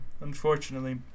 unfortunately